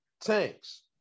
tanks